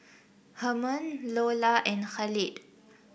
Hermon Loula and Khalid